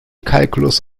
calculus